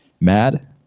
mad